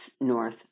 north